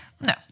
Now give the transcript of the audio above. No